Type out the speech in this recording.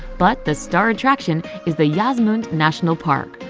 but the star attraction is the jasmund national park,